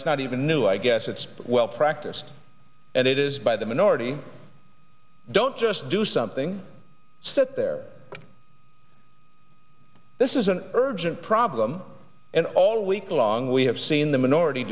it's not even new i guess it's well practiced and it is by the minority don't just do something sit there this is an urgent problem and all week long we have seen the minority